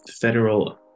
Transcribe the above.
federal